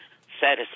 satisfied